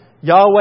Yahweh